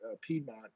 Piedmont